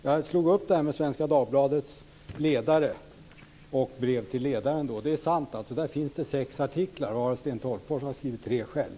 Jag slog upp Svenska Dagbladets ledare och breven till ledarsidan. Det är sant att det där finns sex artiklar, av vilka Sten Tolgfors har skrivit tre själv.